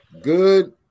Good